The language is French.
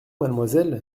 mademoiselle